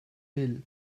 ville